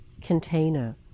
container